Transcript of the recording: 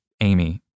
Amy